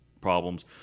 problems